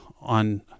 on